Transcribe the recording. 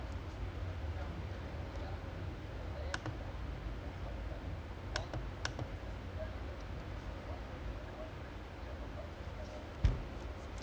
ya then dude I asked like damn funny lah like all the முன்னாடி:munnaadi the [one] the [one] that went semifinal right